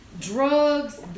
Drugs